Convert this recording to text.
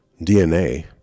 DNA